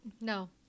no